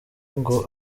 ngo